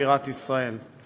בירת ישראל.